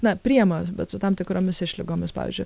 na priema bet su tam tikromis išlygomis pavyzdžiui